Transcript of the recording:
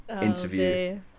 interview